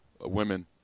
Women